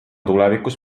tulevikus